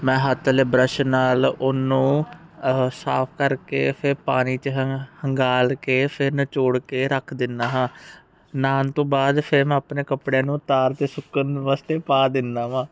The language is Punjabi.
ਮੈਂ ਹੱਥ ਵਾਲੇ ਬਰਸ਼ ਨਾਲ ਉਹਨੂੰ ਉਹ ਸਾਫ ਕਰਕੇ ਫਿਰ ਪਾਣੀ 'ਚ ਹ ਹੰਗਾਲ ਕੇ ਫਿਰ ਨਿਚੋੜ ਕੇ ਰੱਖ ਦਿੰਦਾ ਹਾਂ ਨਹਾਉਣ ਤੋਂ ਬਾਅਦ ਫਿਰ ਮੈਂ ਆਪਣੇ ਕੱਪੜਿਆਂ ਨੂੰ ਤਾਰ 'ਤੇ ਸੁੱਕਣ ਵਾਸਤੇ ਪਾ ਦਿੰਦਾ ਵਾ